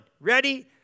ready